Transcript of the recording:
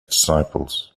disciples